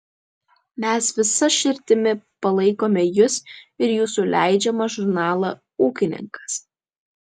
mes visa širdimi palaikome jus ir jūsų leidžiamą žurnalą ūkininkas